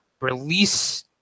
release